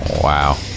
Wow